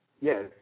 Yes